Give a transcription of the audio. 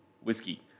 whiskey